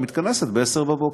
מתכנסת ב-10:00.